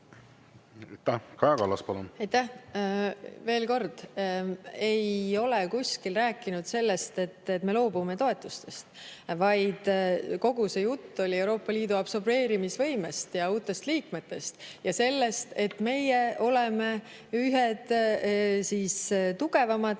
Aitäh! Kaja Kallas, palun! Aitäh! Veel kord, ma ei ole kuskil rääkinud sellest, et me loobume toetustest, vaid kogu see jutt oli Euroopa Liidu absorbeerimisvõimest ja uutest liikmetest ja sellest, et meie oleme ühed tugevamad,